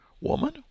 Woman